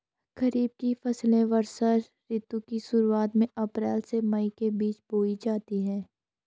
खरीफ की फसलें वर्षा ऋतु की शुरुआत में, अप्रैल से मई के बीच बोई जाती हैं